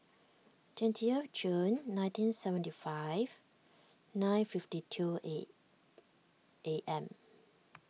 twentieth June nineteen seventy five nine fifty two A A M